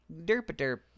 derp-a-derp